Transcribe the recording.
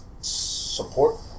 support